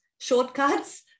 shortcuts